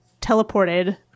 teleported